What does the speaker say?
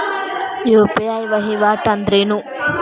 UPI ವಹಿವಾಟ್ ಅಂದ್ರೇನು?